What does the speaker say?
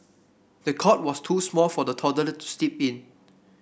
the cot was too small for the toddler to sleep in